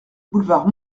boulevard